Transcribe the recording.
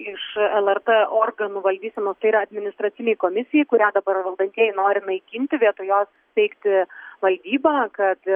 iš lrt organų valdysenos tai yra administracinei komisijai kurią dabar valdantieji nori naikinti vietoj jos steigti valdybą kad